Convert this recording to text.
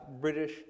British